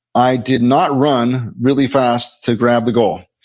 i did not run really fast to grab the goal.